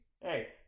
Hey